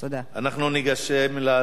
אנחנו ניגשים להצבעה.